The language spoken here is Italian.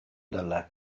dalla